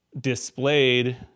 displayed